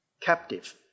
captive